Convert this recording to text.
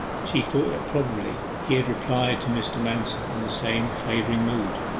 she thought that probably he had replied to mr. manston in the same favouring mood.